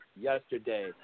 yesterday